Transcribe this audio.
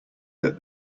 that